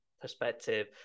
perspective